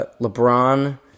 LeBron